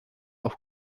auch